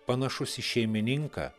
panašus į šeimininką